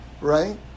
right